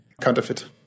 counterfeit